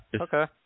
Okay